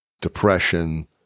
depression